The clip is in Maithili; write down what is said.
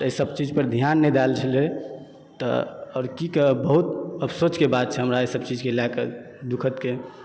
एहि सब चीज के ध्यानमे देल छलियै तऽ और की कहब बहुत अफसोच के बात हमरा अइ सब चीज के लय कऽ दुखद कहू